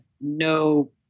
no